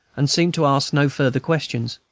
and seem to ask no further questions.